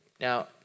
now